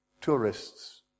tourists